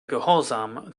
gehorsam